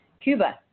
Cuba